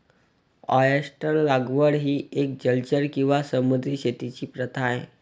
oyster लागवड ही एक जलचर किंवा समुद्री शेतीची प्रथा आहे